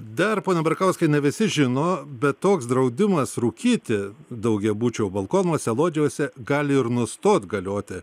dar pone barkauskai na visi žino bet toks draudimas rūkyti daugiabučio balkonuose lodžijose gali ir nustot galioti